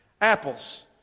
Apples